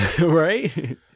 Right